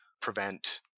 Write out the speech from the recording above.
Prevent